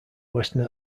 western